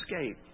escape